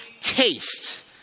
taste